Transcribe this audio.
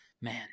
man